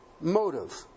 motive